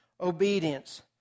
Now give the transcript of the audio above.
obedience